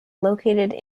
located